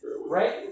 Right